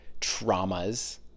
traumas